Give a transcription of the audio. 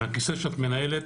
מהכיסא שאת מנהלת,